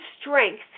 strength